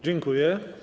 Dziękuję.